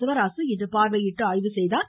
சிவராசு இன்று பார்வையிட்டு ஆய்வு செய்தார்